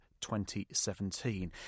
2017